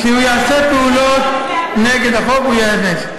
כשהוא יעשה פעולות נגד החוק, הוא ייענש.